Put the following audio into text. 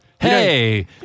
Hey